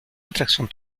atracción